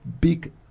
big